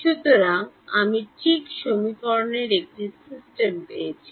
সুতরাং আমি ঠিক সমীকরণের একটি সিস্টেম পেয়েছি